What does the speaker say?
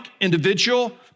individual